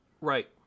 Right